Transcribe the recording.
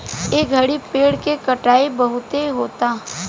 ए घड़ी पेड़ के कटाई बहुते होता